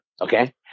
okay